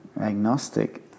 agnostic